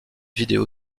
vidéo